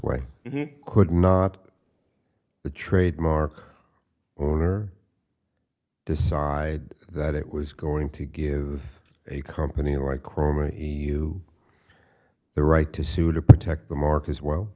way could not the trademark owner decide that it was going to give a company or a crony you the right to sue to protect the market as well